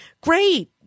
Great